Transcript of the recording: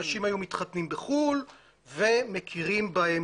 אנשים היו מתחתנים בחו"ל ומכירים בהם